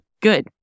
good